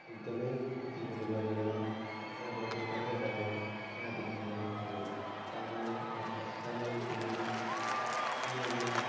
एकदमै खेतीहरू गरेर यहाँबाट बाहिर बाहिर यहाँदेखि यहाँको चामल आटा चामल गहुँ अन्य अन्य